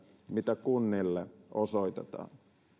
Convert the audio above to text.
mitä kunnille osoitetaan